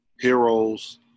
heroes